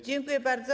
Dziękuję bardzo.